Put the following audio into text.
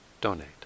donate